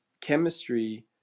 chemistry